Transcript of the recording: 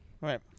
right